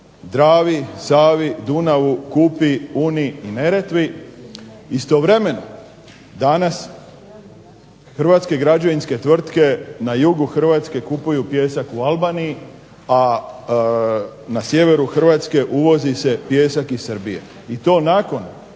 Dravi, Savi, Dunavu, Kupi, Uni, Neretvi. Istovremeno danas hrvatske građevinske tvrtke na jugu Hrvatske kupuju pijesak u Albaniji, a na sjeveru Hrvatske uvozi se pijesak iz Srbije i to nakon